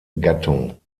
gattung